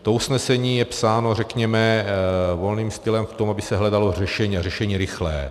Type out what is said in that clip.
To usnesení je psáno, řekněme, volným stylem v tom, aby se hledalo řešení, a řešení rychlé.